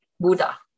Buddha